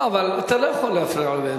לא, אבל אתה לא יכול להפריע לו באמצע.